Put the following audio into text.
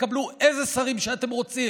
תקבלו איזה שרים שאתם רוצים,